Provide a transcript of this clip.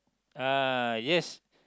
ah yes